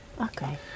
Okay